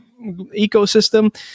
ecosystem